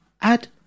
Add